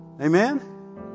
Amen